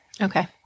Okay